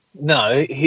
No